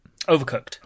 Overcooked